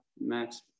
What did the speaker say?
Max